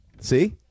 See